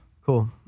cool